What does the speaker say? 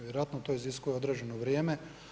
Vjerojatno to iziskuje određeno vrijeme.